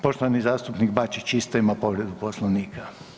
Poštovani zastupnik Bačić isto ima povredu Poslovnika.